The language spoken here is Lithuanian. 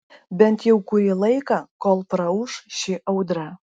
bent jau kurį laiką kol praūš ši audra